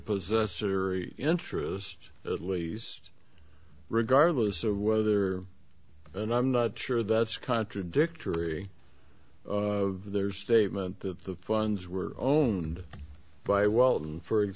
possess or interest at least regardless of whether and i'm not sure that's contradictory of their statement that the funds were owned by weldon f